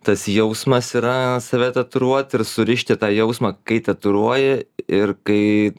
tas jausmas yra save tatuiruot ir surišti tą jausmą kai tatuiruoji ir kai